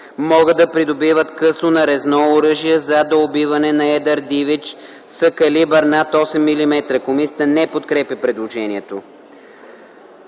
могат да придобиват късо нарезно оръжие за доубиване на едър дивеч с калибър над 8 мм.” Комисията не подкрепя предложението.